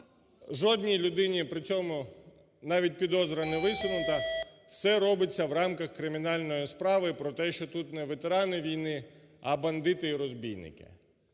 Жодній людині при цьому навіть підозра не висунута, все робиться в рамках кримінальної справи про те, що тут не ветерани війни, а бандити і розбійники.